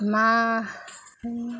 मा हो